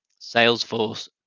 Salesforce